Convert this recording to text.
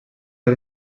per